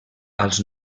als